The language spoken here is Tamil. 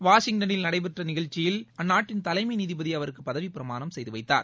வாஷிங்டனில் நடைபெற்ற இந்நிகழ்ச்சியில் அந்நாட்டின் தலைமை நீதிபதி அவருக்கு பதவிப் பிரமாணம் செய்துவைத்தார்